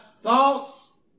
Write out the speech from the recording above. thoughts